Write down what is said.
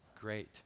great